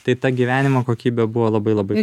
tai ta gyvenimo kokybė buvo labai labai